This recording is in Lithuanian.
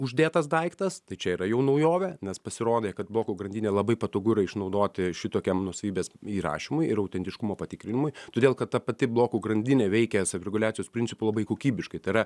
uždėtas daiktas tai čia yra jau naujovė nes pasirodė kad blokų grandinė labai patogu yra išnaudoti šitokiam nuosavybės įrašymui ir autentiškumo patikrinimui todėl kad ta pati blokų grandinė veikia savireguliacijos principu labai kokybiškai tai yra